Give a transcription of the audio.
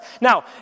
Now